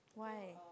why